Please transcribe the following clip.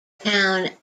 town